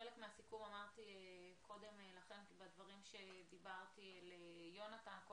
חלק מהסיכום אמרתי קודם לכן בדברים שדיברתי אל יונתן אמסטר,